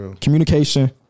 Communication